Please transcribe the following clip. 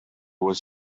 was